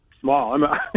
small